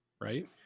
right